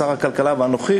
שר הכלכלה ואנוכי,